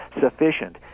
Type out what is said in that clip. sufficient